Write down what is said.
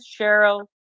Cheryl